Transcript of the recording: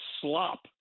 slop